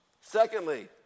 Secondly